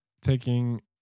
taking